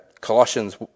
Colossians